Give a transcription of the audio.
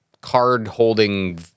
card-holding